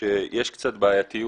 שיש קצת בעייתיות,